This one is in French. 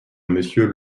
monsieur